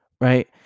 Right